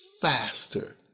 faster